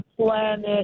planet